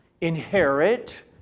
inherit